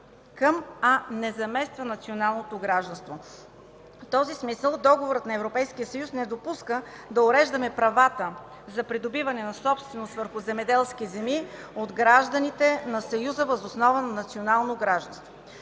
към, а не замества националното гражданство. В този смисъл Договорът на Европейския съюз не допуска да уреждаме правата за придобиване на собственост върху земеделски земи от гражданите на Съюза въз основа на национално гражданство.